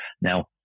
Now